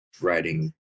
writing